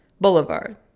Boulevard